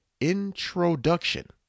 introduction